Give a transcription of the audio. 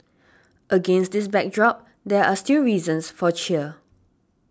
against this backdrop there are still reasons for cheer